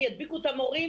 הם ידביקו את המורים,